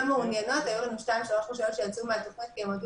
וצעד נוסך זה לאפשר לרשויות המקומיות